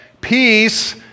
Peace